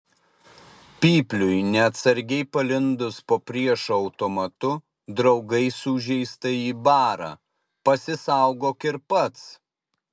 pypliui neatsargiai palindus po priešo automatu draugai sužeistąjį bara pasisaugok ir pats